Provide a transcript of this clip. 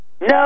no